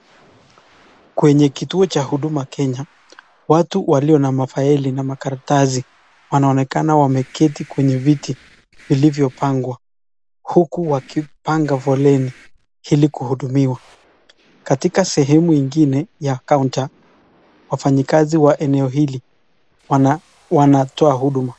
Kwenye kituo cha Huduma Kenya, watu wenye mafaili na makaratasi wanaonekana wameketi kwa viti vilivyopangwa. Huku wakipanga foleni ili kuhudumiwa. Katika sehemu ingine ya counter , wafanyikazi wa eneo hili wanatoa huduma.